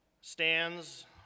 stands